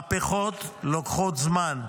מהפכות לוקחות זמן.